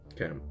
Okay